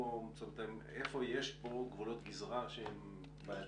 איפה יש פה גבולות גזרה שהם בעייתיים?